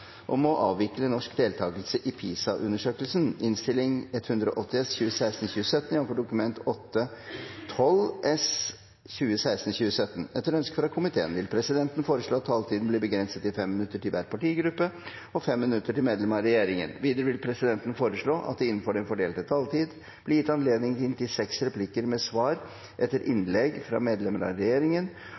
om at møtet fortsetter utover kl. 16. Etter ønske fra kirke-, utdannings- og forskningskomiteen vil presidenten foreslå at taletiden blir begrenset til 5 minutter til hver partigruppe og 5 minutter til medlemmer av regjeringen. Videre vil presidenten foreslå at det – innenfor den fordelte taletid – blir gitt anledning til inntil seks replikker med svar etter innlegg fra medlemmer av regjeringen,